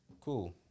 Cool